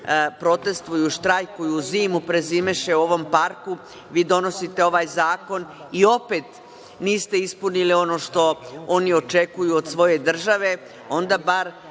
protestuju, štrajkuju, zimu prezimiše u ovom parku, vi donosite ovaj zakon i opet niste ispunili ono što oni očekuju od svoje države, onda bar